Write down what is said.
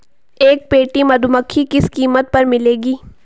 एक पेटी मधुमक्खी किस कीमत पर मिलेगी?